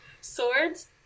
Swords